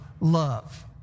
love